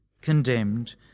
condemned